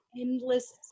endless